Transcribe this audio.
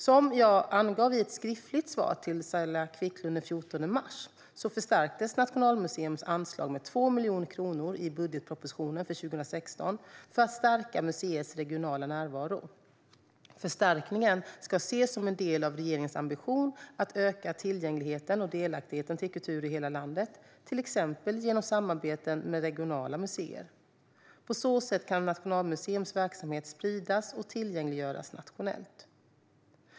Som jag angav i ett skriftligt svar till Saila Quicklund den 14 mars förstärktes Nationalmuseums anslag med 2 miljoner kronor i budgetpropositionen för 2016, för att stärka museets regionala närvaro. Förstärkningen ska ses som en del av regeringens ambition att öka tillgängligheten till och delaktigheten i kultur i hela landet, till exempel genom samarbeten med regionala museer. På så sätt kan Nationalmuseums verksamhet spridas och tillgängliggöras nationellt.